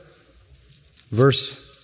verse